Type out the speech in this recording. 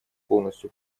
полностью